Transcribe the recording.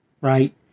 right